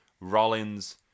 Rollins